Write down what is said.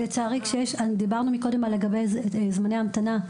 דיברנו קודם לגבי זמני המתנה.